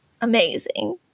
amazing